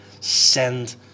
Send